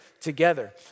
together